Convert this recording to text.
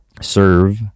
serve